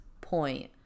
point